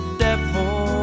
devil